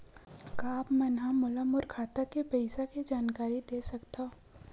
का आप मन ह मोला मोर खाता के पईसा के जानकारी दे सकथव?